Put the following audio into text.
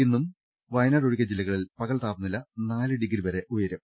ഇന്നും വയ നാട് ഒഴികെ ജില്ലകളിൽ പകൽ താപനില നാല് ഡിഗ്രി വരെ ഉയരും